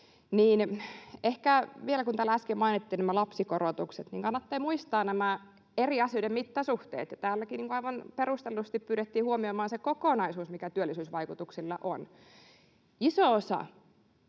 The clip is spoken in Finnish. Ehkä vielä, kun täällä äsken mainittiin nämä lapsikorotukset, kannattaa muistaa eri asioiden mittasuhteet. Täälläkin aivan perustellusti pyydettiin huomioimaan se kokonaisuus, mikä työllisyysvaikutuksilla on. Iso osa